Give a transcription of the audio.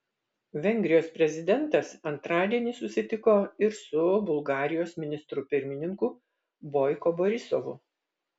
vengrijos prezidentas antradienį susitiko ir su bulgarijos ministru pirmininku boiko borisovu